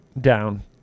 down